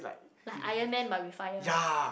like iron-man but with fire